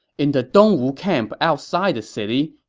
in the dongwu camp outside the city,